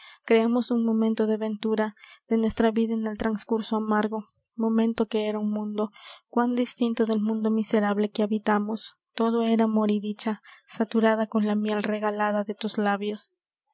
creamos un momento de ventura de nuestra vida en el trascurso amargo momento que era un mundo cuán distinto del mundo miserable que habitamos todo era amor y dicha saturada con la miel regalada de tus labios